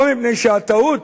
לא מפני שהטעות